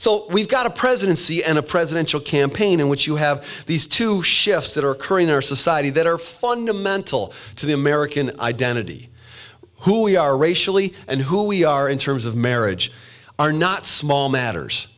so we've got a presidency and a presidential campaign in which you have these two shifts that are occurring in our society that are fundamental to the american identity who we are racially and who we are in terms of marriage are not small matters